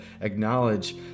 acknowledge